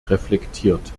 reflektiert